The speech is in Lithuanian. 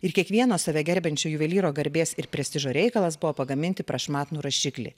ir kiekvieno save gerbiančio juvelyro garbės ir prestižo reikalas buvo pagaminti prašmatnų rašiklį